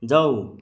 जाउ